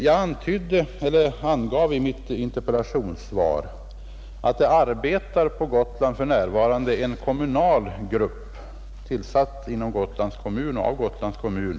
Jag angav i mitt interpellationssvar att för närvarande på Gotland arbetar en kommunal grupp, tillsatt inom Gotlands kommun och av Gotlands kommun.